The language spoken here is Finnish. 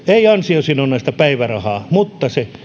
ei ansiosidonnaista päivärahaa mutta se